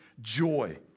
joy